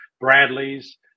Bradley's